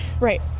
Right